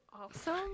Awesome